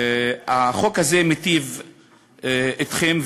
החוק הזה מיטיב אתכן,